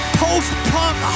post-punk